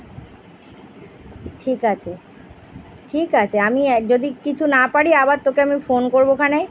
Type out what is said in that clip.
ঠিক আছে ঠিক আছে আমি যদি কিছু না পারি আবার তোকে আমি ফোন করবো ক্ষনে